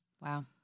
Wow